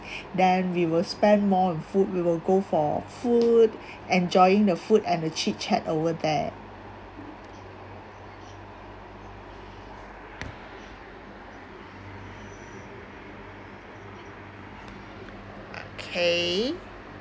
then we will spend more on food we will go for food enjoying the food and a chit chat over there okay